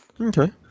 Okay